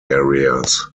areas